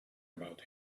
about